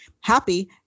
happy